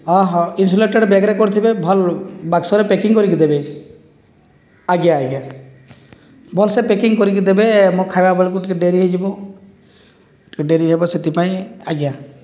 ଅହଁ ଇନ୍ସୁଲେଟେଡ଼ ବ୍ୟାଗ୍ରେ କରିଥିବେ ଭଲ୍ ବାକ୍ସରେ ପ୍ୟାକିଂ କରିକି ଦେବେ ଆଜ୍ଞା ଆଜ୍ଞା ଭଲସେ ପ୍ୟାକିଂ କରିକି ଦେବେ ମୋ' ଖାଇବା ବେଳକୁ ଟିକେ ଡେରି ହୋଇଯିବ ଟିକେ ଡେରି ହେବ ସେଥିପାଇଁ ଆଜ୍ଞା